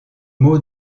mot